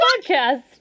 podcast